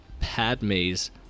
Padme's